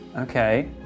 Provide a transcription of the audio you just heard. Okay